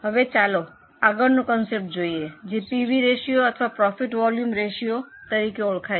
હવે ચાલો આગળનો કન્સેપ્ટ જોઈએ જે પીવી રેશિયો અથવા પ્રોફિટ વોલ્યુમ રેશિયો તરીકે ઓળખાય છે